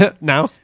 now